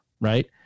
Right